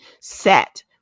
set